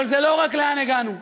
אבל זה לא רק לאן הגענו.